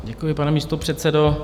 Děkuji, pane místopředsedo.